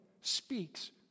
speaks